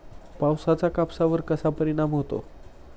पावसाचा कापसावर कसा परिणाम होतो?